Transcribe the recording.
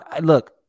look